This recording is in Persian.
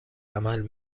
عمل